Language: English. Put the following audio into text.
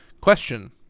Question